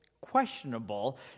questionable